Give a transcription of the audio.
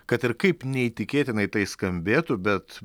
kad ir kaip neįtikėtinai tai skambėtų bet